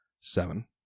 Seven